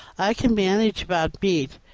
i can manage about meat,